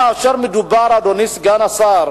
אדוני סגן השר,